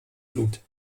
blut